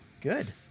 Good